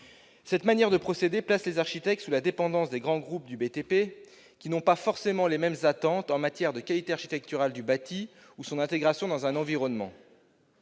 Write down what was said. Cette manière de procéder place les architectes sous la dépendance des grands groupes du secteur du BTP, qui n'ont pas nécessairement les mêmes attentes en matière de qualité architecturale du bâti ou de son intégration dans un environnement.